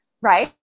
Right